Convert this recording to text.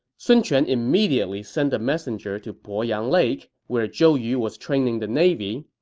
sun quan immediately sent a messenger to poyang lake, where zhou yu was training the navy.